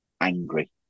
angry